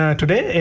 today